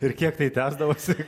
ir kiek tai tęsdavosi